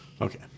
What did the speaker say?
Okay